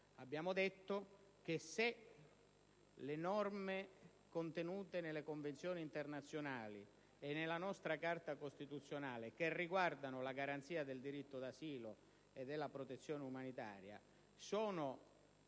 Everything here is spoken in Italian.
Abbiamo rilevato che se le norme contenute nelle convenzioni internazionali e nella nostra Carta costituzionale che riguardano la garanzia del diritto d'asilo e della protezione umanitaria sono